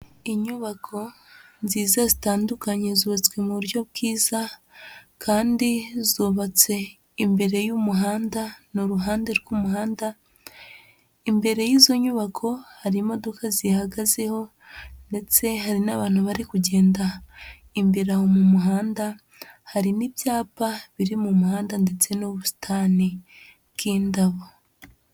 Inyubako nziza zitandukanye, zubatswe mu buryo bwiza kandi zubatse imbere y'umuhanda, ni uruhande rw'umuhanda, imbere y'izo nyubako hari imodoka zihagazeho ndetse hari n'abantu bari kugenda imbere aho mu muhanda, hari n'ibyapa biri mu muhanda ndetse n'ubusitani bw'indabo.